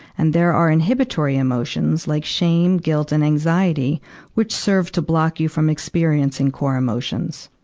and there are inhibitory emotions like shame, guilt, and anxiety which serve to block you from experiencing core emotions.